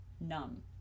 numb